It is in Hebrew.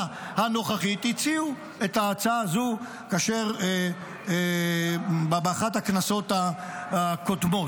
הנוכחית הציעו את ההצעה הזו באחת הכנסות הקודמות.